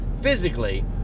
physically